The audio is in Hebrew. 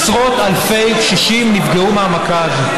עשרות אלפי קשישים נפגעו מהמכה הזאת.